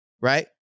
right